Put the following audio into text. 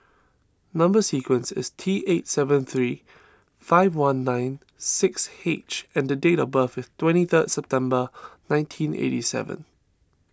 Number Sequence is T eight seven three five one nine six H and date of birth is twenty third September nineteen eighty seven